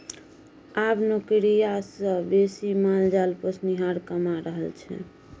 आब नौकरिया सँ बेसी माल जाल पोसनिहार कमा रहल छै